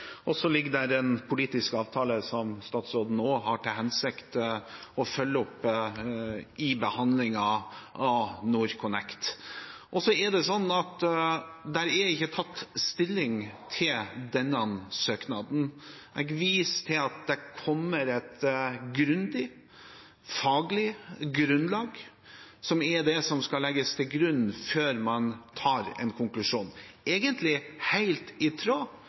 Så ligger det en politisk avtale der som statsråden også har til hensikt å følge opp i behandlingen av NorthConnect. Så er det slik at det ikke er tatt stilling til denne søknaden. Jeg viser til at det kommer et grundig faglig grunnlag, som er det som skal legges til grunn før man trekker en konklusjon, egentlig helt i tråd